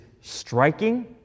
striking